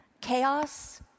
Chaos